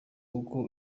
kuko